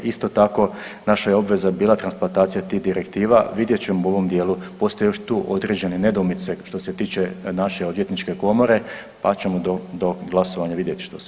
Isto tako, naša je obveza bila transplantacija tih direktiva, vidjet ćemo u ovom dijelu, postoje još tu određene nedoumice što se tiče naše odvjetničke komore pa ćemo do, do glasovanja vidjeti što se može.